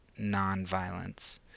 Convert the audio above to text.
nonviolence